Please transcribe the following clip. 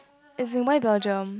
as in why Belgium